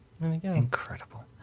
Incredible